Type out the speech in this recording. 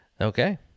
Okay